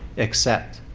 accept.